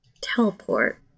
teleport